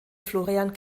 florian